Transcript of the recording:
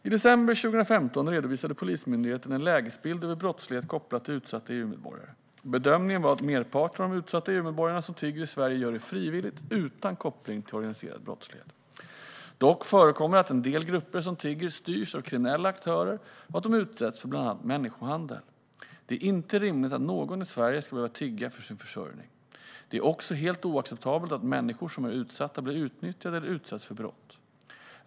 I december 2015 redovisade Polismyndigheten en lägesbild av brottslighet kopplad till utsatta EU-medborgare. Bedömningen var att merparten av de utsatta EU-medborgare som tigger i Sverige gör det frivilligt utan koppling till organiserad brottslighet. Dock förekommer det att en del grupper som tigger styrs av kriminella aktörer och att de utsätts för bland annat människohandel. Det är inte rimligt att någon i Sverige ska behöva tigga för sin försörjning. Det är också helt oacceptabelt att människor som är utsatta blir utnyttjade eller utsätts för brott.